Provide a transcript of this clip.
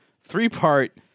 three-part